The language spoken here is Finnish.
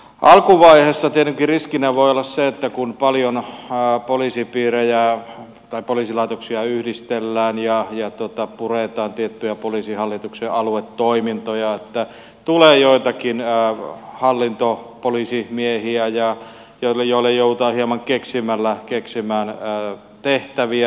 alkuvaiheessa tietenkin riskinä voi olla se kun paljon poliisilaitoksia yhdistellään ja puretaan tiettyjä poliisihallituksen aluetoimintoja että tulee joitakin jää hallintoa poliisin miehiä ja hallintopoliisimiehiä joille joudutaan hieman keksimällä keksimään tehtäviä